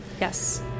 yes